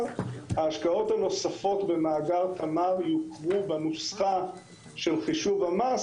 ההשקעות הנוספות במאגר תמר יוכרו בנוסחה של חישוב המס